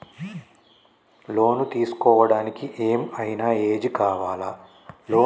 Loan తీస్కోవడానికి ఏం ఐనా ఏజ్ కావాలా?